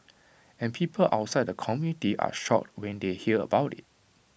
and people outside the community are shocked when they hear about IT